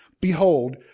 Behold